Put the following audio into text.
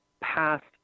past